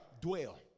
Dwell